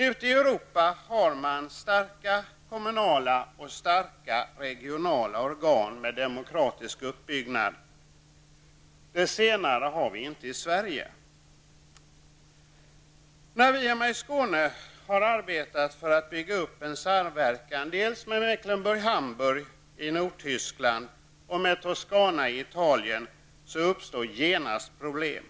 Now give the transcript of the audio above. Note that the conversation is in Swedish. Ute i Europa har man starka kommunala och regionala organ med demokratisk uppbyggnad. Det senare har vi inte i När vi hemma i Skåne har arbetat på att bygga upp samverkan med dels Mecklenburg/Hamberg i Nordtyskland, dels Toscana i Italien har det genast uppstått problem.